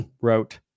wrote